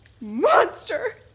monster